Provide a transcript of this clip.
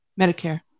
Medicare